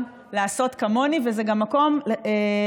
תודה רבה.